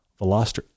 Veloster